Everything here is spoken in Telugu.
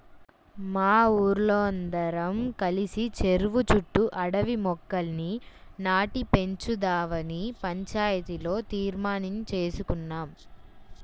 మా ఊరోల్లందరం కలిసి చెరువు చుట్టూ అడవి మొక్కల్ని నాటి పెంచుదావని పంచాయతీలో తీర్మానించేసుకున్నాం